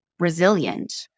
Resilient